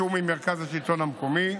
בתיאום עם מרכז השלטון המקומי,